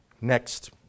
next